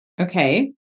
Okay